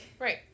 Right